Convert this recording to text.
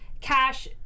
Cash